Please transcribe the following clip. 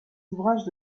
ouvrages